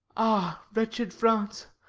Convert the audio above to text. ah, wretched france,